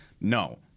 No